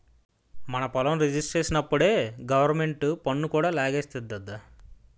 మన పొలం రిజిస్ట్రేషనప్పుడే గవరమెంటు పన్ను కూడా లాగేస్తాది దద్దా